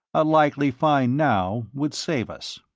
a likely find now would save us.